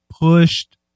pushed